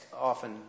often